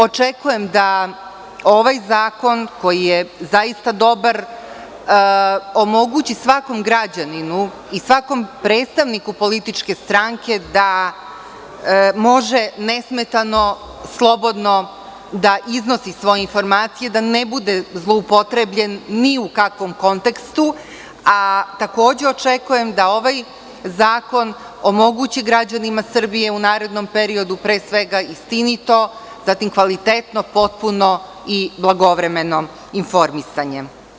Očekujem da ovaj zakon koji je zaista dobar omogući svakom građaninu i svakom predstavniku političke stranke da može nesmetano, slobodno da iznosi svoje informacije, da ne bude zloupotrebljen ni u kakvom kontekstu, a takođe očekujem da ovaj zakon omogući građanima Srbije u narednom periodu pre svega istinito, kvalitetno, potpuno i blagovremeno informisanje.